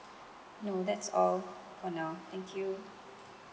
no that's all for now thank you